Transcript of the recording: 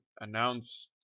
announce